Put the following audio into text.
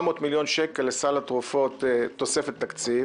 מיליון שקל לסל התרופות תוספת תקציב.